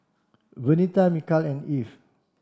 Vernita Mikal and Eve